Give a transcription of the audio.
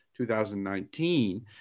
2019